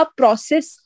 process